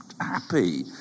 happy